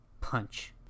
punch